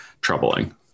troubling